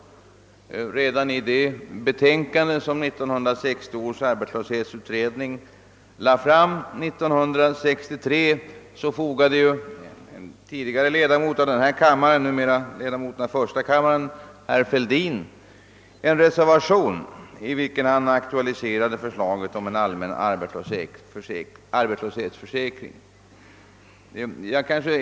Till det betänkande, som 1960 års arbetslöshetsutredning lade fram år 1963, fogade en tidigare ledamot av denna kammare, nuvarande ledamoten av första kammaren herr Fälldin en reservation, i vilken han aktualiserade förslaget om en allmän arbetslöshetsförsäkring.